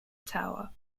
tower